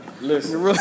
Listen